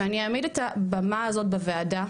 שאני אעמיד את הבמה הזאת בוועדה,